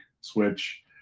switch